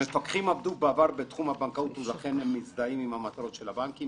הוא היה מפקח בתקופה מאוד קשה של המשק,